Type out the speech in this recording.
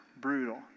Brutal